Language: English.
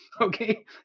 okay